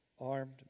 armed